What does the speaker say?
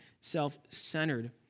self-centered